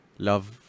Love